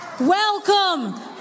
Welcome